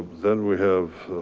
then we have,